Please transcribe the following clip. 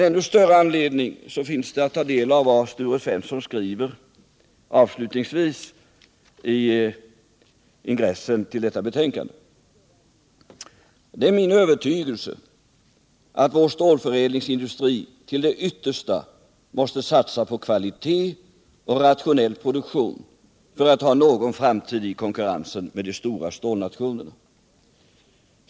Ännu större anledning finns att ta del av vad Sture Svensson skriver avslutningsvis i ingressen till detta betänkande: ”Det är min övertygelse att vår stålförädlingsindustri till det yttersta måste satsa på kvalitet och rationell produktion för att ha någon framtid i konkurrensen med de stora stålnationerna.